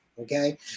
Okay